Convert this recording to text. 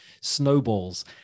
snowballs